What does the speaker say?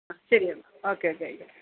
ആ ശരി എന്നാ ഓക്കേ ഓക്കേ ആയിക്കോട്ടെ